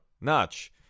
Notch